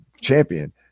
champion